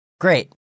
Great